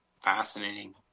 Fascinating